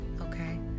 okay